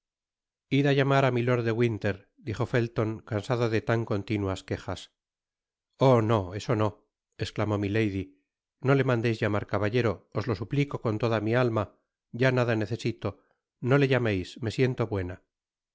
id á llamar á milord de winter dijo fetton cansado de tan continuas quejas oh no eso no i esclamó milady no le mandeis llamar caballero os lo suplico con toda mi alma ya nada necesito no le tlameis me siento buena